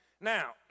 Now